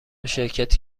شرکتی